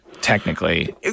Technically